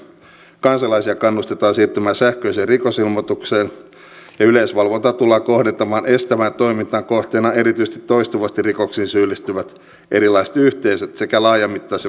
kansalaisia kannustetaan siirtymään sähköiseen rikosilmoitukseen ja yleisvalvontaa tullaan kohdentamaan estävään toimintaan kohteena erityisesti toistuvasti rikoksiin syyllistyvät erilaiset yhteisöt sekä laajamittaisen väkivallan uhat